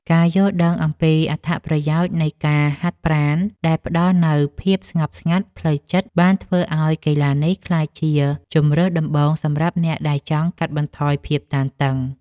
ការយល់ដឹងអំពីអត្ថប្រយោជន៍នៃការហាត់ប្រាណដែលផ្ដល់នូវភាពស្ងប់ស្ងាត់ផ្លូវចិត្ត បានធ្វើឱ្យកីឡានេះក្លាយជាជម្រើសដំបូងសម្រាប់អ្នកដែលចង់កាត់បន្ថយភាពតានតឹង។